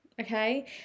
okay